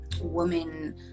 women